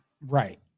Right